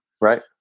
Right